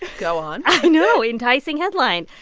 go on i know enticing headline.